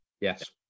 yes